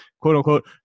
quote-unquote